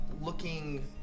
looking